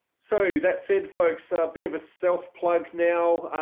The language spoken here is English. so that said, folks, a bit of a self plug now,